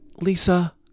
Lisa